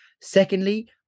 Secondly